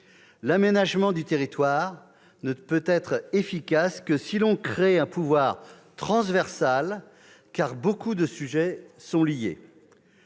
l'aménagement du territoire ne peut être efficace que si l'on crée un pouvoir transversal, car nombre de sujets sont liés.